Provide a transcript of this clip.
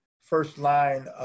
first-line